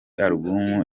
album